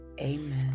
Amen